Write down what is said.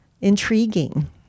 intriguing